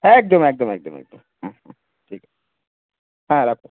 হ্যাঁ একদম একদম একদম একদম হুম হুম ঠিক আছে হ্যাঁ রাখো